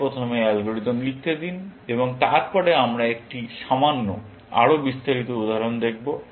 আমাকে প্রথমে অ্যালগরিদম লিখতে দিন এবং তারপরে আমরা একটি সামান্য আরও বিস্তারিত উদাহরণ দেখব